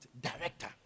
Director